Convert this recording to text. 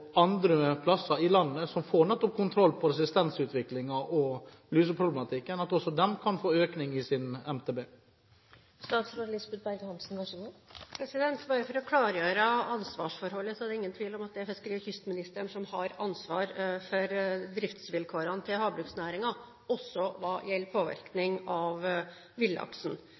andre steder i landet som får kontroll på resistensutviklingen og luseproblematikken, også kan få en økning i MTB? Bare for å klargjøre ansvarsforholdet: Det er ingen tvil om at det er fiskeri- og kystministeren som har ansvar for driftsvilkårene til havbruksnæringen også hva gjelder påvirkning av villaksen.